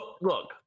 look